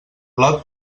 lot